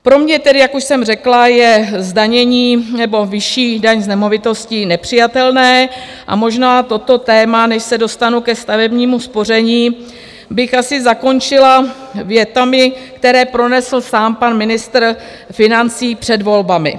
Pro mě tedy, jak už jsem řekla, je zdanění nebo vyšší daň z nemovitostí nepřijatelná a možná toto téma, než se dostanu ke stavebnímu spoření, bych asi zakončila větami, které pronesl sám pan ministr financí před volbami.